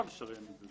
אפשר לשריין את זה.